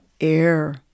air